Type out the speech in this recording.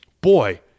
boy